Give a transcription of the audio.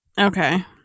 Okay